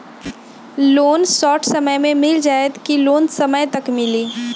Loan short समय मे मिल जाएत कि लोन समय तक मिली?